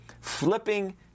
flipping